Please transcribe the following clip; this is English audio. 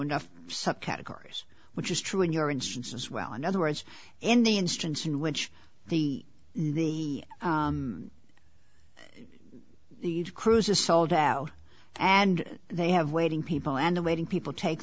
enough subcategories which is true in your instance as well in other words in the instance in the which the the cruise is sold out and they have waiting people and awaiting people take